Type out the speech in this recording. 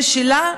זה שלה,